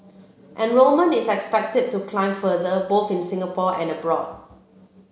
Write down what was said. enrolment is expected to climb further both in Singapore and abroad